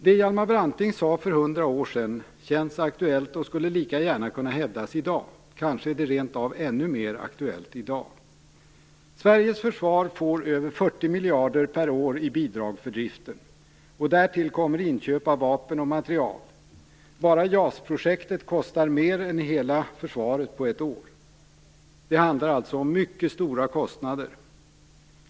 Det Hjalmar Branting sade för 100 år sedan känns aktuellt och skulle lika gärna kunna hävdas i dag. Kanske är det rent av ännu mer aktuellt i dag. Sveriges försvar får över 40 miljarder per år i bidrag för driften. Därtill kommer inköp av vapen och materiel. Bara JAS-projektet kostar mer än hela försvaret på ett år. Det handlar alltså om mycket stora kostnader.